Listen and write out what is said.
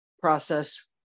process